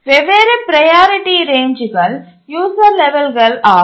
வெவ்வேறு ப்ரையாரிட்டி ரேஞ்ச்சுகள் யூசர் லெவல்கள் ஆகும்